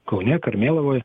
kaune karmėlavoj